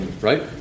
right